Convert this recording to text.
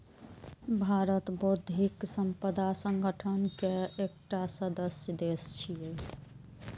भारत बौद्धिक संपदा संगठन के एकटा सदस्य देश छियै